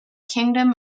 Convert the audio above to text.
kingdom